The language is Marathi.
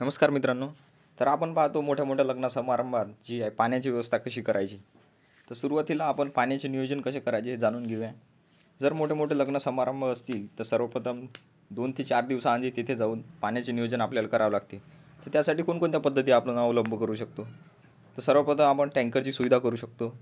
नमस्कार मित्रांनो तर आपण पाहतो मोठ्यामोठ्या लग्न समारंभात जी पाण्याची व्यवस्था कशी करायची तर सुरुवातीला आपण पाण्याचे नियोजन कसे करायचे हे जाणून घेऊ या जर मोठेमोठे लग्न समारंभ असतील तर सर्वप्रथम दोन ते चार दिवस आधी तेथे जाऊन पाण्याचे नियोजन आपल्याला करावं लागते तर त्यासाठी कोणकोणत्या पद्धती आपण अवलंब करू शकतो तर सर्वप्रथम आपण टँकरची सुविधा करू शकतो